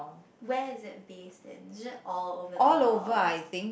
where is it based in is it all over the world